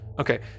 Okay